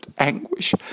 Anguish